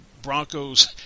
Broncos